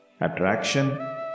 Attraction